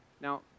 Now